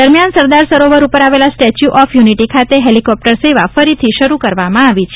દરમ્યાન સરદાર સરોવર ઉપર આવેલા સ્ટેચ્ય ઓફ યુનિટી ખાતે હેલીકોપ્ટર સેવા ફરીથી શરૂ કરવામાં આવી છે